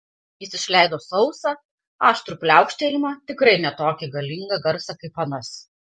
jis išleido sausą aštrų pliaukštelėjimą tikrai ne tokį galingą garsą kaip anas